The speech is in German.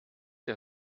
der